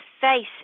face